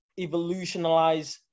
evolutionalize